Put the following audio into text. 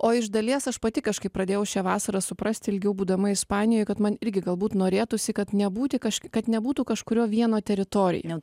o iš dalies aš pati kažkaip pradėjau šią vasarą suprasti ilgiau būdama ispanijoj kad man irgi galbūt norėtųsi kad nebūti kažk kad nebūtų kažkurio vieno teritorija